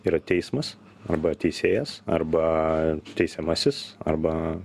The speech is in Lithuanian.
yra teismas arba teisėjas arba teisiamasis arba